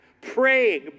praying